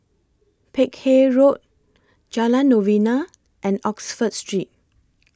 Peck Hay Road Jalan Novena and Oxford Street